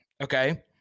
okay